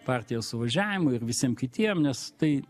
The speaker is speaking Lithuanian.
partijos suvažiavimui ir visiem kitiem nes tai